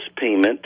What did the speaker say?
payment